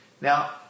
Now